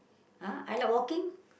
!huh! I like walking